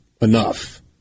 enough